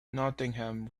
nottingham